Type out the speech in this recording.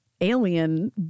alien